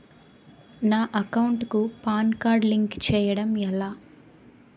నా అకౌంట్ కు PAN card link చేయడం ఎలా?